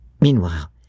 Meanwhile